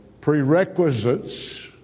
prerequisites